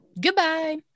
goodbye